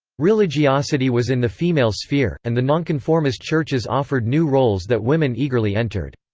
religiosity was in the female sphere, and the nonconformist churches offered new roles that women eagerly entered.